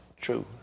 True